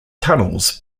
tunnels